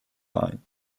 line